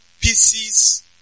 pieces